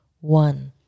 one